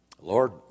Lord